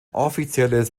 offizielles